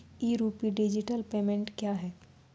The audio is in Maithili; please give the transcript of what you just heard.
ई रूपी डिजिटल पेमेंट क्या हैं?